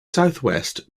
southwest